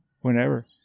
whenever